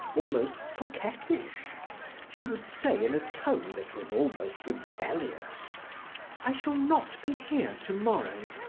almost coquettish she would say in a tone that was almost rebellious i shall not be here to-morrow,